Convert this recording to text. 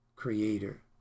creator